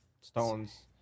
stones